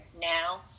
now